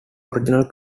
original